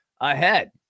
ahead